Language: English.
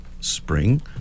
spring